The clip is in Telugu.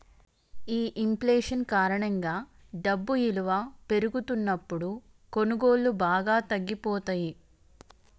ఈ ఇంఫ్లేషన్ కారణంగా డబ్బు ఇలువ పెరుగుతున్నప్పుడు కొనుగోళ్ళు బాగా తగ్గిపోతయ్యి